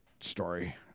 story